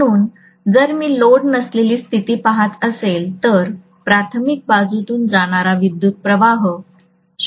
म्हणून जर मी लोड नसलेली स्थिती पहात असेल तर प्राथमिक बाजूतून जाणारा विद्युत प्रवाह 0